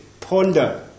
ponder